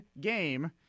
game